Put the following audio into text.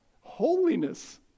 holiness